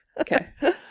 okay